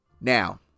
Now